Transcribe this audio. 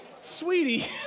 Sweetie